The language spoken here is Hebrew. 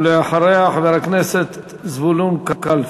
ואחריה, חבר הכנסת זבולון קלפה.